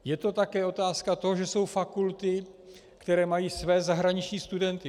Je to také otázka toho, že jsou fakulty, které mají své zahraniční studenty.